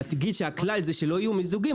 להדגיש שהכלל זה שלא יהיו מיזוגים,